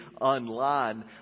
online